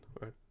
right